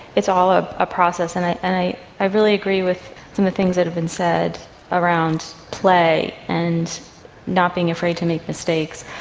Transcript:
it's all a ah process. and i i really agree with some of the things that have been said around play and not being afraid to make mistakes.